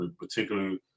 particularly